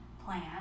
Plan